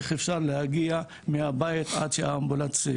איך אפשר להגיע מהבית עד המפגש עם האמבולנס?